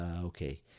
okay